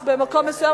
רק במקום מסוים,